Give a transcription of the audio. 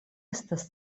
estas